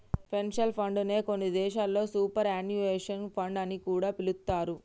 pension fund నే కొన్ని దేశాల్లో సూపర్ యాన్యుయేషన్ ఫండ్ అని కూడా పిలుత్తారు